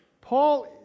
Paul